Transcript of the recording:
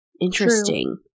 interesting